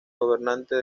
gobernante